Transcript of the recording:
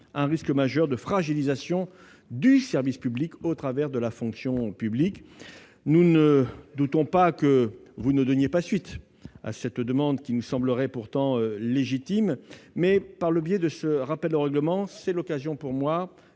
un risque majeur de fragilisation du service public au travers de la fonction publique. Nous ne doutons pas que vous ne donniez pas suite à cette demande, qui nous semblerait pourtant légitime. Ce rappel au règlement est l'occasion pour moi